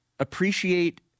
appreciate